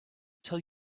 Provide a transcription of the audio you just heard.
tell